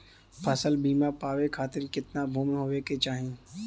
फ़सल बीमा पावे खाती कितना भूमि होवे के चाही?